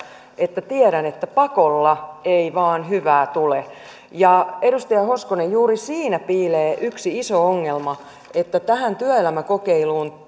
että tiedän että pakolla ei vaan hyvää tule edustaja hoskonen juuri siinä piilee yksi iso ongelma että tähän työelämäkokeiluun